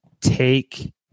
take